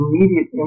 immediate